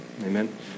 Amen